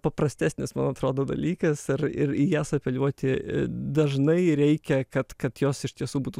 paprastesnis man atrodo dalykas ir ir į jas apeliuoti dažnai reikia kad kad jos iš tiesų būtų